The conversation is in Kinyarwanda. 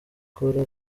gukora